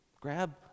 grab